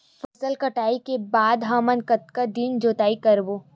फसल कटाई के बाद हमन कतका दिन जोताई करबो?